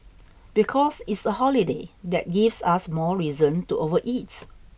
because it's a holiday that gives us more reason to overeat